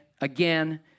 Again